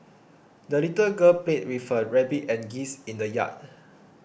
the little girl played with her rabbit and geese in the yard